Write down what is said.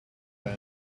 then